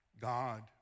God